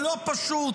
הלא-פשוט,